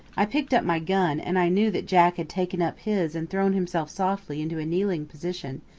i picked up my gun, and i knew that jack had taken up his and thrown himself softly into a kneeling position,